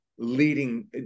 leading